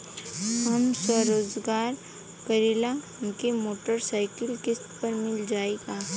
हम स्वरोजगार करीला हमके मोटर साईकिल किस्त पर मिल जाई का?